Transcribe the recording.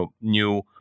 new